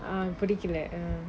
அவன் புடிக்கல:aven pudikkala